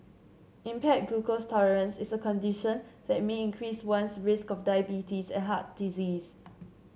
impaired glucose tolerance is a condition that may increase one's risk of diabetes and heart disease